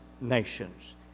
nations